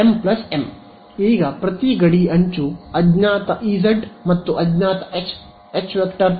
m m ಈಗ ಪ್ರತಿ ಗಡಿ ಅಂಚು ಅಜ್ಞಾತ ಇಜ್ ಮತ್ತು ಅಜ್ಞಾತ ⃗H ಟ್ಯಾನ್ ಹೊಂದಿದೆ